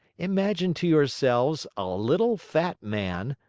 imagine to yourselves a little, fat man,